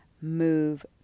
move